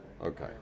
Okay